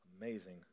amazing